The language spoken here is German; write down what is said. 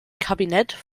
kabinett